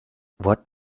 what